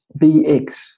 BX